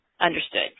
understood